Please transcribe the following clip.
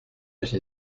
note